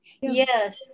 Yes